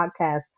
podcast